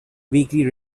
weekly